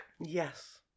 Yes